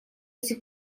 сих